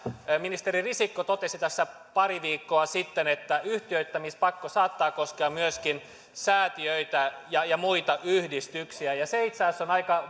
ministeri risikko totesi tässä pari viikkoa sitten että yhtiöittämispakko saattaa koskea myöskin säätiöitä ja ja muita yhdistyksiä ja se itse asiassa on aika